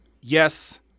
Yes